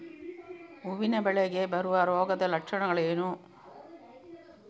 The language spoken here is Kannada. ಹೂವಿನ ಬೆಳೆಗೆ ಬರುವ ರೋಗದ ಲಕ್ಷಣಗಳೇನು?